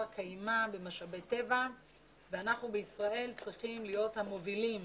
קיימא במשאבי טבע ואנחנו בישראל צריכים להיות המובילים